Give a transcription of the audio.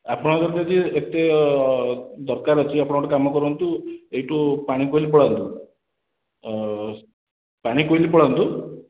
ଆପଣଙ୍କର ଯଦି ଏତେ ଦରକାର ଅଛି ଆପଣ ଗୋଟେ କାମ କରନ୍ତୁ ଏଇଠୁ ପାଣି କୋଇଲି ପଳାନ୍ତୁ ପାଣି କୋଇଲି ପଳାନ୍ତୁ